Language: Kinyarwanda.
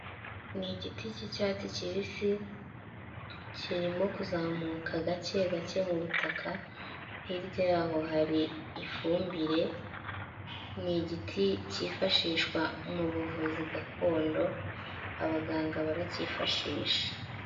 Ni igiti cy'icyatsi kibisi kirimo kuzamuka gake gake mu butaka hirya yaho hari ifumbire, ni igiti cyifashishwa mu buvuzi gakondo, abaganga baracyifashisha.